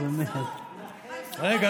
מנסור,